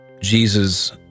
Jesus